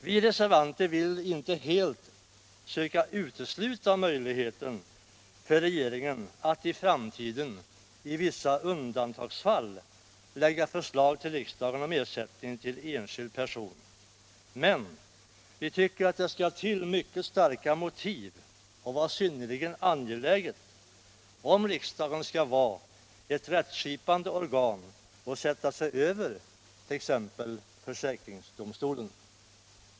Vi reservanter vill inte helt söka utesluta möjligheten för regeringen att i framtiden i vissa undantagsfall lägga förslag till riksdagen om ersättning till enskild person, men vi tycker att det skall till mycket starka motiv och vara synnerligen angeläget om riksdagen skall vara ett rättsskipande organ och sätta sig över t.ex. försäkringsdomstolen.